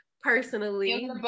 personally